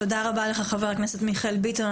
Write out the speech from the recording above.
תודה רבה לך, חבר הכנסת מיכאל ביטון.